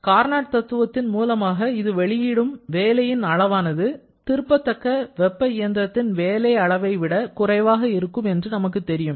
Carnot தத்துவத்தின் மூலமாக இது வெளியிடும் வேலையின் அளவானது திருப்பதக்க வெப்ப இயந்திரத்தின் வேலை அளவை விட குறைவாக இருக்கும் என்று நமக்கு தெரியும்